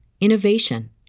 innovation